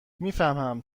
میفهمم